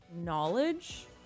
knowledge